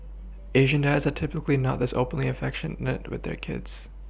Asian dads are typically not this openly affectionate with their kids